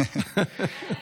אני מקשיבה.